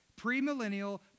premillennial